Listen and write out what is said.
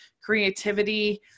creativity